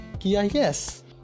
yes